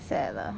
sad lah